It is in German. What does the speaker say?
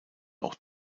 auch